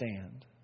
stand